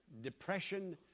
depression